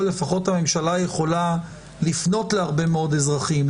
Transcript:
לפחות הממשלה יכולה לפנות להרבה מאוד אזרחים,